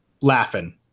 laughing